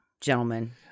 gentlemen